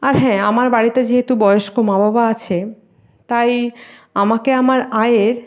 আর হ্যাঁ আমার বাড়িতে যেহেতু বয়স্ক মা বাবা আছে তাই আমাকে আমার আয়ের